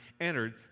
entered